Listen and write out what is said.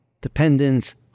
dependence